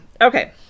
okay